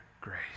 grace